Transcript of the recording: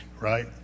right